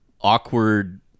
awkward